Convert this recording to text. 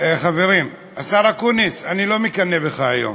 אנחנו מחזקות את ידיך.